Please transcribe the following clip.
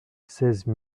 seize